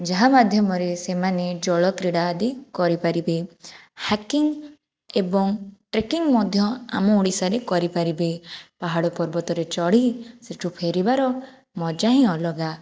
ଯାହା ମାଧ୍ୟମରେ ସେମାନେ ଜଳ କ୍ରୀଡ଼ା ଆଦି କରିପାରିବେ ହାକିଂ ଏବଂ ଟ୍ରେକିଂ ମଧ୍ୟ ଆମ ଓଡ଼ିଶାରେ କରିପାରିବେ ପାହାଡ଼ ପର୍ବତରେ ଚଢ଼ି ସେହିଠୁ ଫେରିବାର ମଜା ହିଁ ଅଲଗା